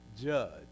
judge